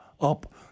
up